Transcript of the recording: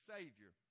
Savior